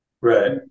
Right